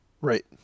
right